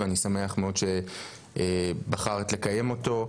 אז אני שמח שבחרת לקיים אותו.